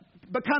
become